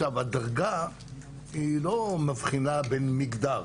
הדרגה לא מבחינה בין מגדר.